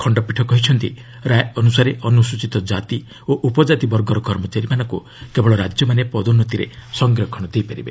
ଖଣ୍ଡପୀଠ କହିଛନ୍ତି ରାୟ ଅନୁସାରେ ଅନୁସ୍ରଚିତ କାତି ଓ ଉପଜାତି ବର୍ଗର କର୍ମଚାରୀମାନଙ୍କୁ କେବଳ ରାଜ୍ୟମାନେ ପଦୋନ୍ନତିରେ ସଂରକ୍ଷଣ ଦେଇପାରିବେ